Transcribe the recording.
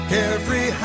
Carefree